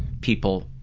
people,